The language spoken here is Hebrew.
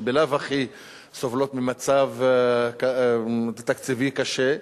שבלאו הכי סובלות ממצב תקציבי קשה,